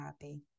happy